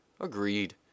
Agreed